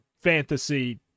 fantasy